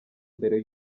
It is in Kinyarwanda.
mbere